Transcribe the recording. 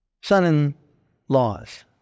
son-in-laws